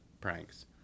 pranks